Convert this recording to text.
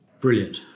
Brilliant